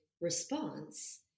response